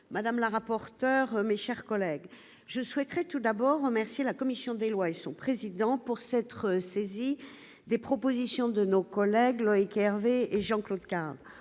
madame la rapporteur, mes chers collègues, je souhaiterais tout d'abord remercier la commission des lois et son président de s'être saisis des propositions de loi déposées par Loïc Hervé et Jean-Claude Carle.